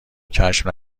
کشف